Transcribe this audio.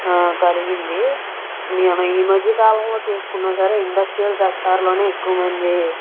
కలిగింది మీ మన ఈ మధ్య కాలంలో చూసుకున్నా సరే ఇండస్ట్రియల్ సెక్టార్లోనే ఎక్కువ మంది